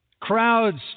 crowds